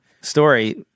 story